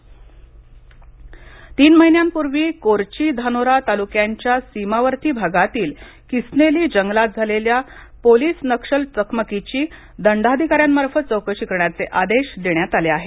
नक्षल तीन महिन्यांपूर्वी कोरची धानोरा तालुक्यांच्या सीमावर्ती भागातील किसनेली जंगलात झालेल्या पोलिस नक्षल चकमकीची दंडाधिकार्यांमार्फत चौकशी करण्याचे आदेश देण्यात आले आहेत